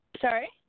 Sorry